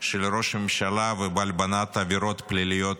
של ראש הממשלה ובהלבנת עבירות פליליות